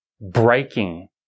breaking